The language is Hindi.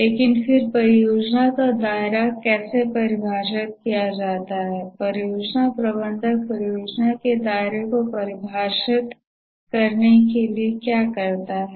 लेकिन फिर परियोजना का दायरा कैसे परिभाषित किया जाता है परियोजना प्रबंधक परियोजना के दायरे को परिभाषित करने के लिए क्या करता है